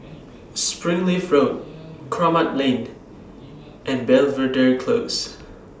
Springleaf Road Kramat Lane and Belvedere Close